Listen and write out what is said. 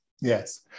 Yes